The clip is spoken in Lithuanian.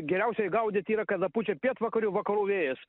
geriausiai gaudyt yra kada pučia pietvakarių vakarų vėjas